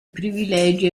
privilegi